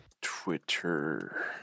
Twitter